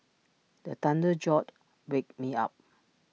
the thunder jolt wake me up